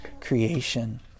creation